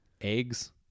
eggs